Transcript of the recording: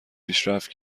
پیشرفت